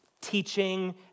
teaching